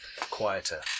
quieter